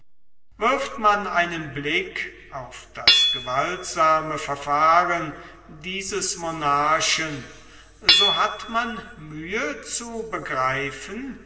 wirft man einen blick auf das gewaltsame verfahren dieses monarchen so hat man mühe zu begreifen